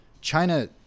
China